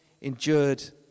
endured